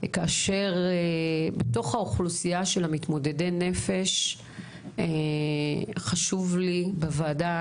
כאשר בתוך האוכלוסייה של מתמודדי נפש חשוב לי בוועדה